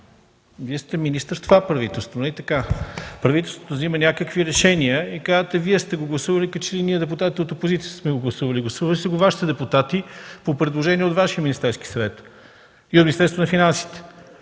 сте министър в това правителство, нали така? Правителството взема някакви решения, а Вие казвате: „Вие сте го гласували”, като че ли ние депутатите от опозицията сме го гласували. Гласували са го Вашите депутати по предложение от Вашия Министерски съвет и от Министерството на финансите.